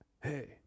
hey